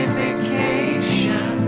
vacation